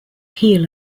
heel